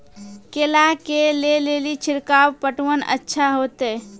केला के ले ली छिड़काव पटवन अच्छा होते?